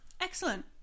excellent